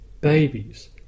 babies